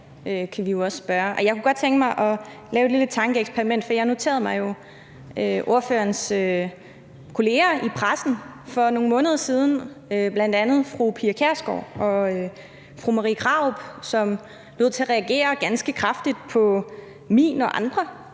jeg kunne godt tænke mig at lave et lille tankeeksperimentet, for jeg noterede mig jo, at ordførerens kolleger i pressen for nogle måneder siden, bl.a. fru Pia Kjærsgaard og fru Marie Krarup, lod til at reagere ganske kraftigt på mine og andre